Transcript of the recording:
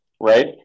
right